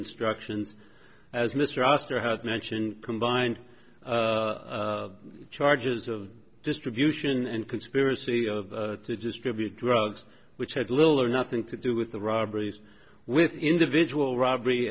instructions as mr oster has mentioned combined charges of distribution and conspiracy of to distribute drugs which had little or nothing to do with the robberies with individual robbery